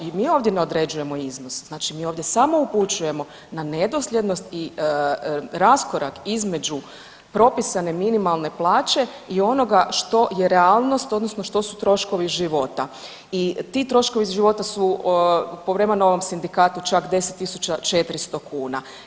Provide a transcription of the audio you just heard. I mi ovdje ne određujemo iznos, znači mi ovdje samo upućujemo na nedosljednost i raskorak između propisane minimalne plaće i onoga što je realnost odnosno što su troškovi života i ti troškovi života su po … [[Govornik se ne razumije]] sindikatu čak 10.400 kuna.